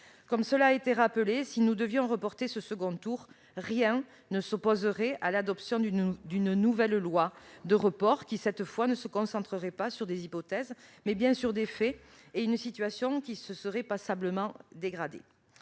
Comme cela a été rappelé, si nous devions reporter ce second tour, rien ne s'opposerait à l'adoption d'une nouvelle loi de report, qui cette fois se concentrerait non pas sur des hypothèses, mais bien sur des faits et une situation qui se serait passablement dégradée.